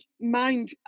mind